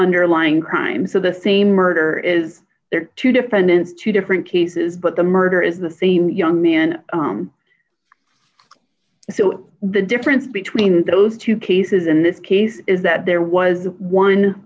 underlying crime so the same murder is there two defendants two different cases but the murder is the same young man so the difference between those two cases in this case is that there was one